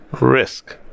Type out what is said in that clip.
risk